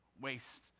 waste